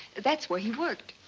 that's where he worked.